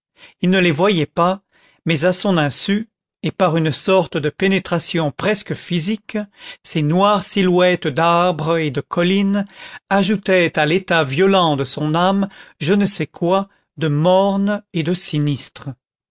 il ne les voyait pas mais à son insu et par une sorte de pénétration presque physique ces noires silhouettes d'arbres et de collines ajoutaient à l'état violent de son âme je ne sais quoi de morne et de sinistre